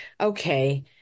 okay